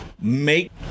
make